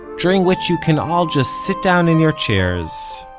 during which you can all just sit down in your chairs,